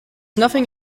nothing